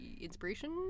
inspiration